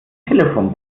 telefon